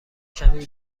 کمی